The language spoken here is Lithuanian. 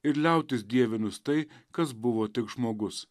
ir liautis dievinus tai kas buvo tik žmogus